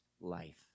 life